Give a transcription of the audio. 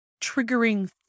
triggering